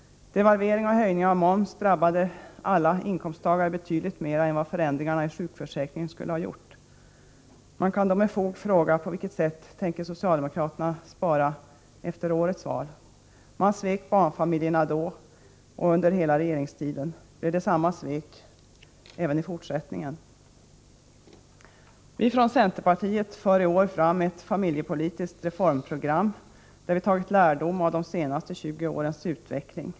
Devalvering och höjning av moms drabbade alla inkomsttagare betydligt hårdare än vad förändringarna i sjukförsäkringen skulle ha gjort. Man kan då med fog fråga: På vilket sätt tänker socialdemokraterna spara efter årets val? De svek barnfamiljerna och har gjort det under hela regeringstiden. Blir det samma svek även i fortsättningen? Vi ifrån centerpartiet för i år fram ett familjepolitiskt reformprogram där vi tagit lärdom av de senaste 20 årens utveckling.